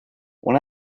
when